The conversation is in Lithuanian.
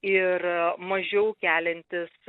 ir mažiau keliantis